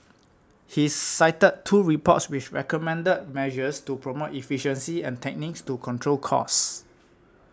he cited two reports which recommended measures to promote efficiency and techniques to control costs